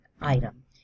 item